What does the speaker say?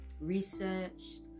researched